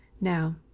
Now